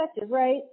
right